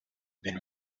been